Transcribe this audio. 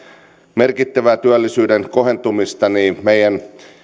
merkittävää työllisyyden kohentumista meidän